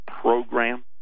program